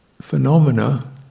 phenomena